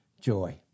Joy